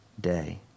day